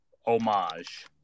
homage